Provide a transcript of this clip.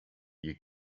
you